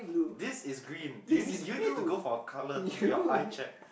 this is green you need you need to go for a color your eye check